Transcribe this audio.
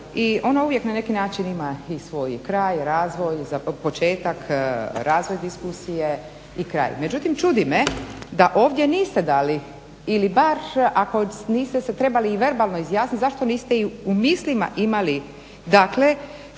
i ona uvijek na neki način ima i svoj kraj, razvoj, početak, razvod diskusije i kraj. Međutim, čudi me da ovdje niste dali ili bar ako niste se trebali verbalno izjasniti zašto niste i u mislima imali dakle,